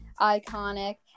iconic